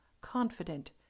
confident